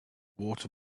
water